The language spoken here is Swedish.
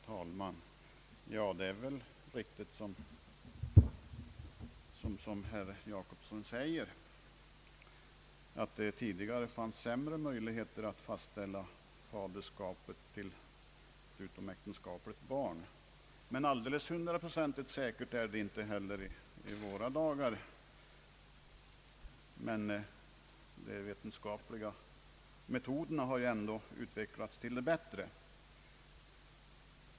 Herr talman! Det är riktigt som herr Jacobsson säger att det tidigare fanns sämre möjligheter att fastställa faderskapet till utomäktenskapligt barn. Alldeles hundraprocentigt säkert är det inte heller i våra dagar, men de vetenskapliga metoderna har ju utvecklats till det bättre.